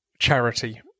charity